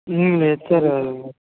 లేదు సారు